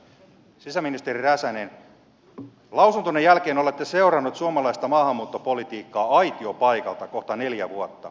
sisäministeri räsänen lausuntonne jälkeen olette seurannut suomalaista maahanmuuttopolitiikkaa aitiopaikalta kohta neljä vuotta